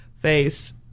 Face